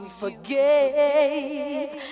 forgave